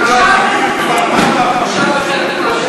הוא מאיים, אתה מפחד ממנו?